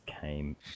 came